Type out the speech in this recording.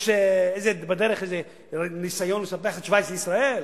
יש בדרך איזה ניסיון לספח את שווייץ לישראל?